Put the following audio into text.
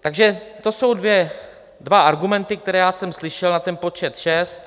Takže to jsou dva argumenty, které jsem slyšel na ten počet šest